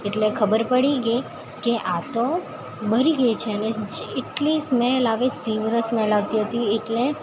એટલે ખબર પડી ગઈ કે આતો બળી ગઈ છે અને એટલી સ્મેલ આવે તીવ્ર સ્મેલ આવતી હતી એટલે